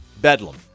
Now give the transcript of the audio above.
Bedlam